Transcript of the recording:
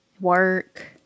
work